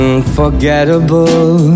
Unforgettable